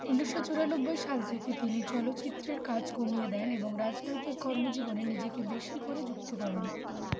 উনিশশো চুরানব্বই সাল থেকে তিনি চলচ্চিত্রের কাজ কমিয়ে দেন এবং রাজনৈতিক কর্মজীবনে নিজেকে বেশি করে যুক্ত করেন